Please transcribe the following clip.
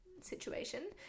situation